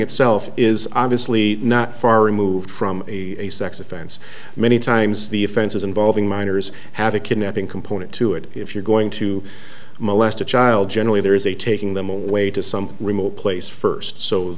itself is obviously not far removed from a sex offense many times the offenses involving minors have a kidnapping component to it if you're going to molest a child generally there is a taking them away to some remote place first so